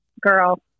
girl